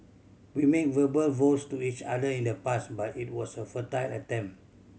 we made verbal vows to each other in the past but it was a futile attempt